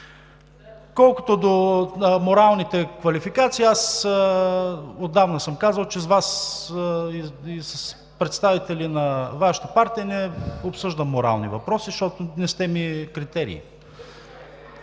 Колкото до моралните квалификации, отдавна съм казал, че с Вас и с представители на Вашата партия не обсъждам морални въпроси, защото не сте ми критерий.